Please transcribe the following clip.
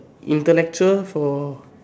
intellectual for